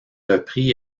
repris